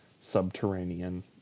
subterranean